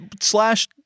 slash